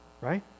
right